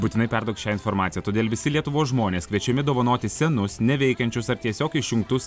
būtinai perduok šią informaciją todėl visi lietuvos žmonės kviečiami dovanoti senus neveikiančius ar tiesiog išjungtus